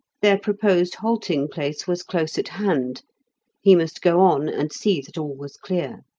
their proposed halting-place was close at hand he must go on and see that all was clear.